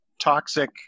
toxic